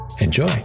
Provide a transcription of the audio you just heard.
Enjoy